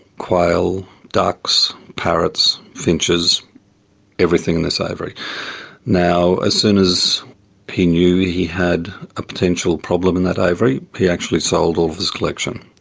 quail, ducks, parrots, finches everything in this aviary. now, as soon as he knew he had a potential problem in that aviary, he actually sold all of his collection.